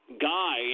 Guide